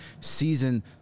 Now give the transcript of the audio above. season